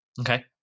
Okay